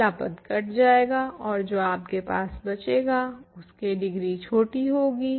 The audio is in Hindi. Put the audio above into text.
पहला पद कट जाएगा और आपको पास जो बचेगा उसकी डिग्री छोटी होगी